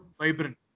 vibrant